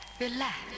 relax